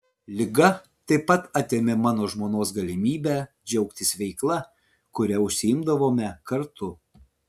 liga taip pat atėmė mano žmonos galimybę džiaugtis veikla kuria užsiimdavome kartu